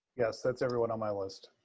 yes, that's everyone on my list.